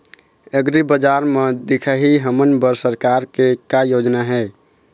एग्रीबजार म दिखाही हमन बर सरकार के का योजना हे?